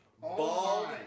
Ball